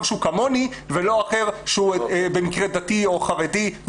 שהוא כמוני ולא אחר שהוא במקרה דתי או חרדי,